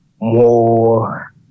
more